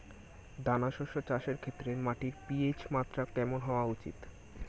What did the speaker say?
দানা শস্য চাষের ক্ষেত্রে মাটির পি.এইচ মাত্রা কেমন হওয়া উচিৎ?